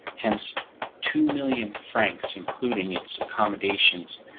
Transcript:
hence two million francs including its accommodations,